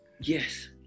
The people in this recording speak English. Yes